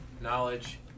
knowledge